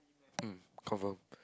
mm confirm